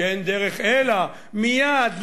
שאין דרך אלא מייד,